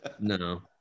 No